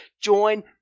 join